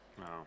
No